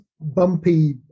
bumpy